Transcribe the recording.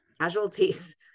casualties